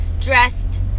dressed